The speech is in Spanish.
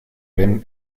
ven